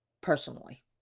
personally